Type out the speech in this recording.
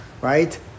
right